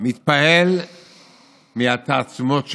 מתפעל מהתעצומות שלכם,